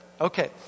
Okay